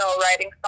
writing